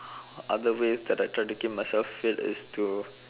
other ways that I try to keep myself fit is to